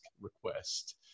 request